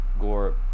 Gore